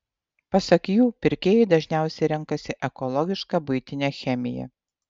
pasak jų pirkėjai dažniausiai renkasi ekologišką buitinę chemiją